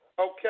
Okay